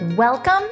Welcome